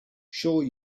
sure